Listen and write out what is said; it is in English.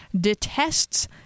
detests